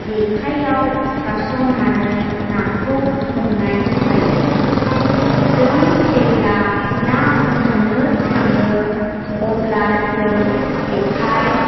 जेखाइयाव सारसननानै नाखौ हमनाय जायो जों जेब्ला ना हमनो थाङो अब्ला जों जेखाइ